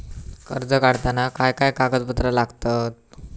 कर्ज काढताना काय काय कागदपत्रा लागतत?